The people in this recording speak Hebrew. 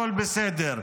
הכול בסדר.